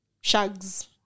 Shag's